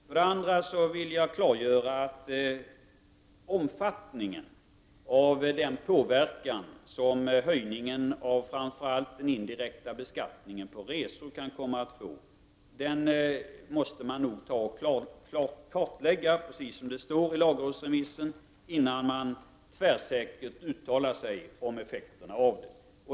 För det andra vill jag klargöra att omfattningen av den påverkan som framför allt höjningen av den indirekta skatten på resor kan få måste kartläggas, precis som det står i lagsrådsremissen, innan man tvärsäkert kan uttala sig om effekterna.